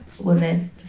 Women